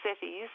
cities